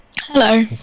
Hello